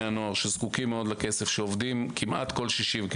הנוער שזקוקה מאוד לכסף ועובדת כמעט כל שישי ושבת.